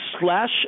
slash